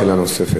שאלה נוספת.